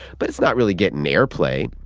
but it's not really getting airplay